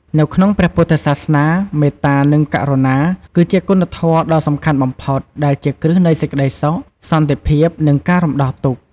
នៅក្នុងព្រះពុទ្ធសាសនា មេត្តា និង ករុណា គឺជាគុណធម៌ដ៏សំខាន់បំផុត ដែលជាគ្រឹះនៃសេចក្ដីសុខ សន្តិភាព និងការរំដោះទុក្ខ។